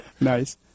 Nice